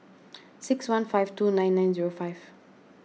six one five two nine nine zero five